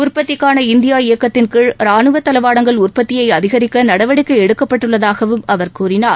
உற்பத்திக்கான இந்தியா இயக்கத்தின்கீழ் ராணுவத்தளவாடங்கள் உற்பத்தியை அதிகரிக்க நடவடிக்கை எடுக்கப்பட்டுள்ளதாகவும் அவர் கூறினார்